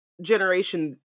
Generation